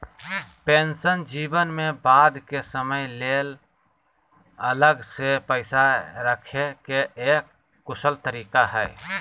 pension जीवन में बाद के समय ले अलग से पैसा रखे के एक कुशल तरीका हय